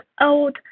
old